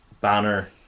Banner